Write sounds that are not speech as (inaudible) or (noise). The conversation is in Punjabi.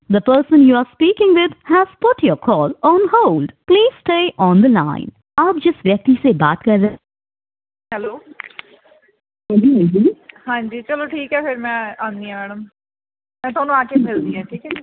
(unintelligible) ਹੈਲੋ (unintelligible) ਹਾਂਜੀ ਚਲੋ ਠੀਕ ਆ ਫਿਰ ਮੈਂ ਆਉਂਦੀ ਹਾਂ ਮੈਡਮ ਮੈਂ ਤੁਹਾਨੂੰ ਆ ਕੇ ਮਿਲਦੀ ਹਾਂ ਠੀਕ ਹੈ